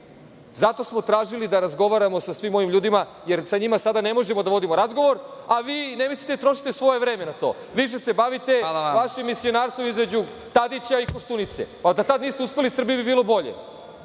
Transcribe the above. Zato smo tražili da razgovaramo sa svim ovim ljudima, jer sa njima sada ne možemo da vodimo razgovor, a vi ne mislite da trošite svoje vreme na to i više se bavite vašim misionarstvom između Tadića i Koštunice, a da tada niste uspeli, Srbiji bi bilo bolje.